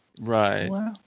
Right